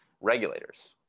regulators